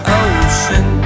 ocean